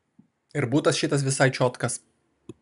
ir butas šitas visai čiotkas